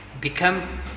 Become